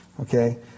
Okay